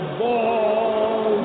ball